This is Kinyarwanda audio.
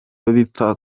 bipfa